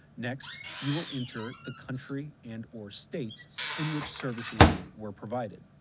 next, you will enter the country and or states in which services were provided.